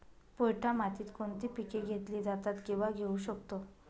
पोयटा मातीत कोणती पिके घेतली जातात, किंवा घेऊ शकतो?